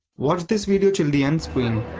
watch this video till the end screen,